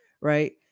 Right